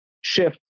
shift